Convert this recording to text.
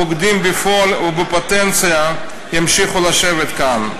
הבוגדים בפועל ובפוטנציה, ימשיכו לשבת כאן.